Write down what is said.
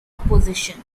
opposition